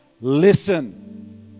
listen